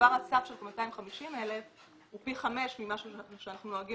כבר הסף של 250,000 שקלים הוא פי חמש ממה שאנחנו נוהגים